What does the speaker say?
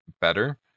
better